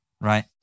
right